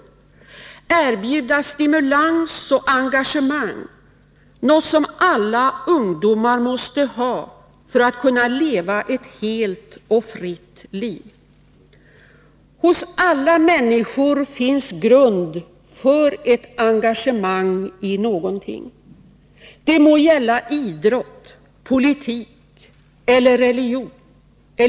Vi måste erbjuda stimulans och engagemang, något som alla ungdomar måste ha för att kunna leva ett helt och fritt liv. Hos alla människor finns en grund för ett engagemang i någonting. Det må gälla idrott, politik eller religion.